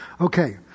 okay